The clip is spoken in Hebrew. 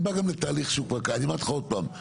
אני אומר לך עוד פעם,